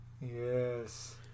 Yes